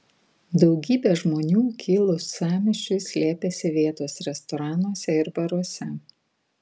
daugybė žmonių kilus sąmyšiui slėpėsi vietos restoranuose ir baruose